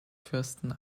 fürsten